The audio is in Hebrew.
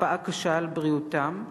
השפעה קשה על בריאותם,